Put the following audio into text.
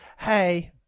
Hey